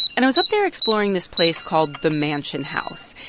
and i was up there exploring this place called the mansion house.